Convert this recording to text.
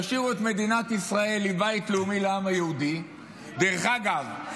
ישאירו את מדינת ישראל עם "בית לאומי לעם היהודי" דרך אגב,